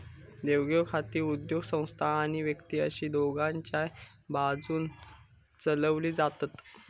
देवघेव खाती उद्योगसंस्था आणि व्यक्ती अशी दोघांच्याय बाजून चलवली जातत